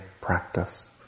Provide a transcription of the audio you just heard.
practice